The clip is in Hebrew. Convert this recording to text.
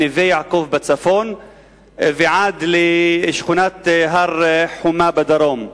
מנווה-יעקב בצפון ועד לשכונת הר-חומה בדרום.